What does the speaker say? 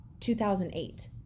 2008